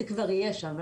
זה כבר יהיה שם.